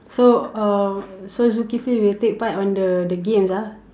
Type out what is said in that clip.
so uh so Zukifli will take part of the games ah